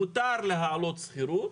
מותר להעלות את דמי השכירות